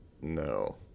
no